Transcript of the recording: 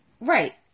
right